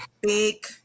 big